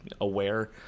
aware